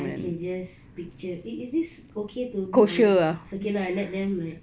I can just picture is is this okay to it's okay lah let them like